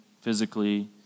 physically